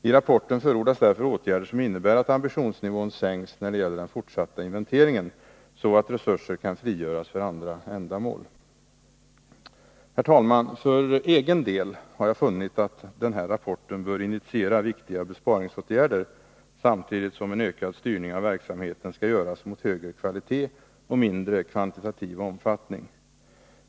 I rapporten förordas därför åtgärder som innebär att ambitionsnivån sänks när det gäller den fortsatta inventeringen, så att resurser kan frigöras för andra ändamål. Herr talman! För egen del har jag funnit att denna rapport bör initiera viktiga besparingsåtgärder, samtidigt som verksamheten skall styras mot högre kvalitet och mindre kvantitativ omfattning.